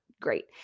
great